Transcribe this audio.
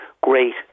great